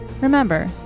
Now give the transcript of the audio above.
Remember